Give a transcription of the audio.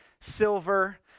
silver